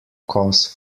cause